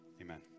Amen